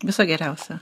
viso geriausio